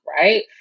right